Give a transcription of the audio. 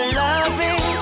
loving